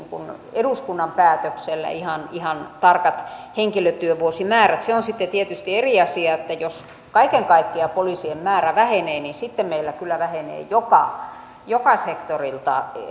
eduskunnan päätöksellä kirjattiin ihan tarkat henkilötyövuosimäärät se on sitten tietysti eri asia jos kaiken kaikkiaan poliisien määrä vähenee sitten meillä kyllä vähenevät joka joka sektorilta